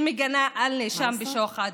שמגינה על נאשם בשוחד.